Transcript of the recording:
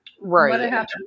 Right